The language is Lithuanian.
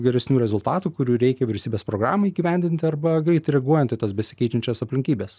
geresnių rezultatų kurių reikia vyriausybės programai įgyvendinti arba greit reaguojant į tas besikeičiančias aplinkybes